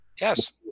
Yes